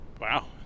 Wow